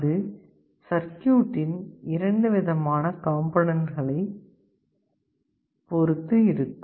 அது சர்க்யூட் இன் இரண்டு விதமான காம்போனன்ட்களை ஒரு பொருத்து இருக்கும்